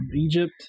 Egypt